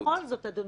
אדוני,